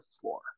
floor